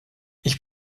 ich